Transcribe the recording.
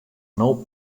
nou